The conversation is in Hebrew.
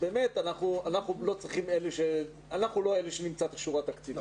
אנחנו לא אלה שנמצא את השורה התקציבית.